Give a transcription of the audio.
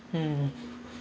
mmhmm